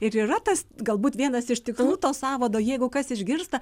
ir yra tas galbūt vienas iš tikslų to sąvado jeigu kas išgirsta